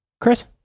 Chris